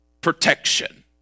protection